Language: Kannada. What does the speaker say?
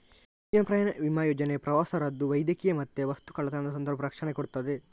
ಹೆಚ್ಚಿನ ಪ್ರಯಾಣ ವಿಮಾ ಯೋಜನೆ ಪ್ರವಾಸ ರದ್ದು, ವೈದ್ಯಕೀಯ ಮತ್ತೆ ವಸ್ತು ಕಳ್ಳತನದ ಸಂದರ್ಭ ರಕ್ಷಣೆ ಕೊಡ್ತದೆ